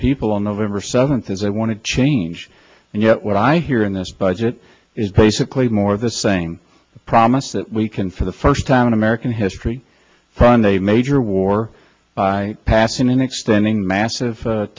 people on november seventh is i want to change and yet what i hear in this budget is basically more of the same promise that we can for the first time in american history from the major war by passing and extending massive